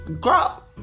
girl